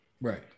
Right